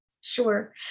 Sure